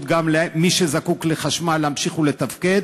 גם למי שזקוק לחשמל להמשיך ולתפקד,